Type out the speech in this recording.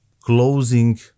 closing